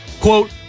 quote